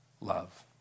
love